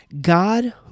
God